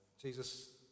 Jesus